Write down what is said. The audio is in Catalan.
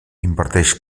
imparteix